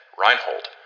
Reinhold